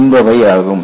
என்பவையாகும்